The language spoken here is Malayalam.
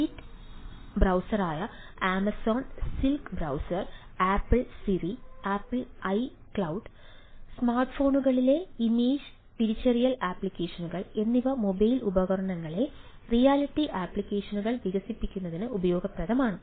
സ്പ്ലിറ്റ് ബ്രൌസറായ Amazon Silk browser Apple Siri Apple iCloud സ്മാർട്ട്ഫോണുകളിലെ ഇമേജ് തിരിച്ചറിയൽ അപ്ലിക്കേഷനുകൾ എന്നിവ മൊബൈൽ ഉപകരണങ്ങളിൽ റിയാലിറ്റി അപ്ലിക്കേഷനുകൾ വികസിപ്പിക്കുന്നതിന് ഉപയോഗപ്രദമാണ്